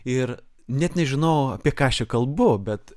ir net nežinau apie ką aš čia kalbu bet